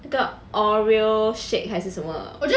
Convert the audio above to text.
the oreo shake 还是什么